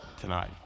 tonight